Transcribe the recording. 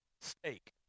steak